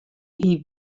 hie